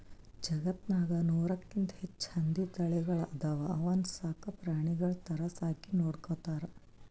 ಜಗತ್ತ್ನಾಗ್ ನೂರಕ್ಕಿಂತ್ ಹೆಚ್ಚ್ ಹಂದಿ ತಳಿಗಳ್ ಅದಾವ ಅವನ್ನ ಸಾಕ್ ಪ್ರಾಣಿಗಳ್ ಥರಾ ಸಾಕಿ ನೋಡ್ಕೊತಾರ್